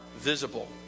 visible